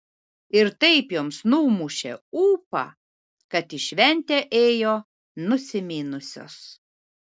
ir taip joms numušė ūpą kad į šventę ėjo nusiminusios